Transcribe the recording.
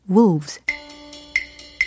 Wolves